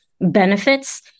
benefits